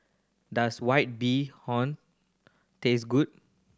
does White Bee Hoon taste good